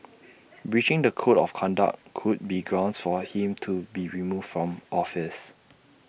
breaching the code of conduct could be grounds for him to be removed from office